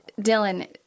Dylan